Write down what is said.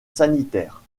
sanitaire